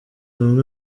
bamwe